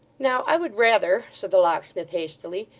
now, i would rather said the locksmith hastily,